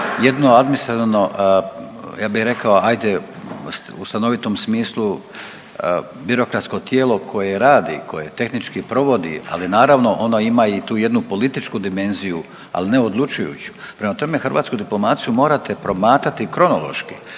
jedno administrativno ja bi rekao ajde u stanovitom smislu koje radi, koje tehnički provodi, ali naravno ono ima i tu jednu političku dimenziju, ali ne odlučujuću. Prema tome, hrvatsku diplomaciju morate promatrati kronološki